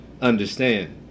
Understand